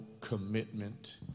commitment